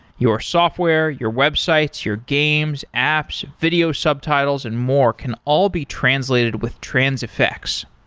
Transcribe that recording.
your software, your websites, your games, apps, video subtitles and more can all be translated with transifex.